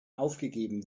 aufgegeben